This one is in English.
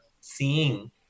seeing